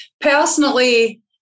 personally